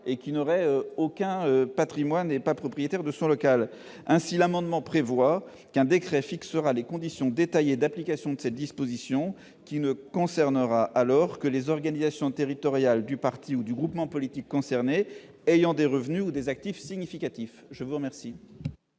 et n'étant pas propriétaires de leur local. Ainsi, l'amendement prévoit qu'un décret fixera les conditions détaillées d'application de cette disposition, qui ne concernera que les organisations territoriales du parti ou groupement politique ayant des revenus ou des actifs significatifs. Quel